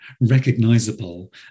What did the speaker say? recognizable